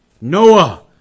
Noah